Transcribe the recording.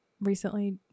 recently